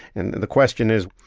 and the question is,